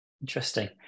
Interesting